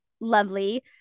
lovely